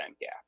gap